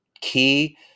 key